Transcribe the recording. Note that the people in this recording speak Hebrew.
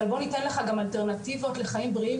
אבל בוא ניתן לך גם אלטרנטיבות לחיים בריאים